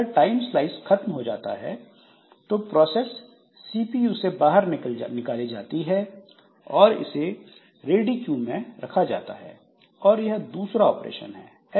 अगर टाइमस्लाइस खत्म हो जाता है तो प्रोसेस सीपीयू से बाहर निकाली जाती है और इसे रेडी क्यू में रखा जाता है और यह दूसरा ऑपरेशन है